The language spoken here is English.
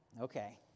Okay